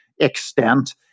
extent